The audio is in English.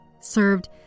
served